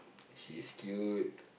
she's cute